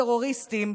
טרוריסטים,